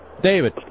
David